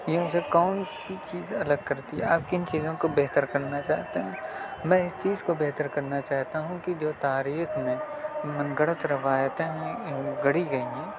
یوں سے کون سی چیز الگ کرتی ہے آپ کن چیزوں کو بہتر کرنا چاہتے ہیں میں اس چیز کو بہتر کرنا چاہتا ہوں کہ جو تاریخ میں من گھڑت روایتیں ہیں گڑھی گئی ہیں